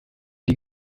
die